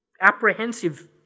apprehensive